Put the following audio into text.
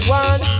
one